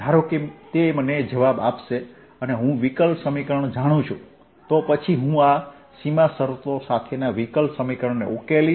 ધારો કે તે મને જવાબ આપશે અને હું વિકલ સમીકરણ જાણું છું તો પછી હું આ સીમા શરતો સાથેના વિકલ સમીકરણને ઉકેલીશ